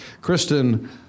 Kristen